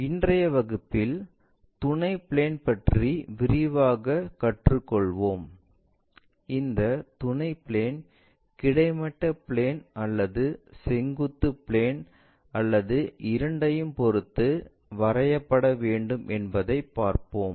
இன்றைய வகுப்பில் துணை பிளேன் பற்றி விரிவாகக் கற்றுக்கொள்வோம் இந்த துணை பிளேன் கிடைமட்ட பிளேன் அல்லது செங்குத்து பிளேன் அல்லது இரண்டையும் பொருத்து வரையப்பட வேண்டும் என்பதை பார்ப்போம்